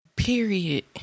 Period